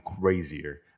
crazier